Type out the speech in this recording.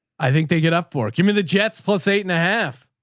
i think they get up for it. give me the jets plus eight and a half.